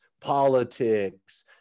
politics